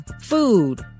food